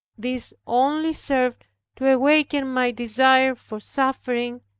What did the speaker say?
this only served to awaken my desire for suffering,